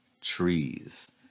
trees